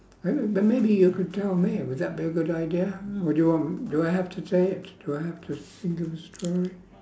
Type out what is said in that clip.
!hey! b~ but maybe you could tell me would that be a good idea or do you want m~ do I have to say it do I have to s~ think of a story